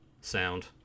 sound